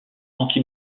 anti